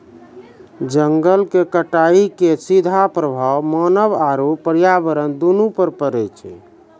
जंगल के कटाइ के सीधा प्रभाव मानव आरू पर्यावरण दूनू पर पड़ै छै